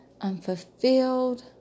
unfulfilled